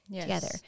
together